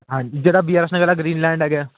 ਹਾਂਜੀ ਜਿਹੜਾ B R S Nagar ਵਾਲਾ ਗ੍ਰੀਨਲੈਂਡ ਹੈਗਾ